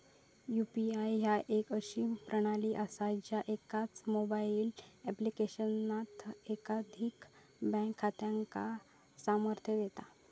UPI ह्या एक अशी प्रणाली असा ज्या एकाच मोबाईल ऍप्लिकेशनात एकाधिक बँक खात्यांका सामर्थ्य देता